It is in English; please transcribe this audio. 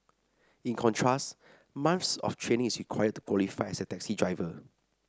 in contrast months of training is required to qualify as a taxi driver